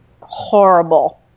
horrible